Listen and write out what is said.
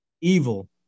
evil